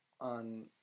on